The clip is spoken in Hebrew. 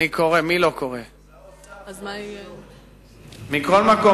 מכל מקום,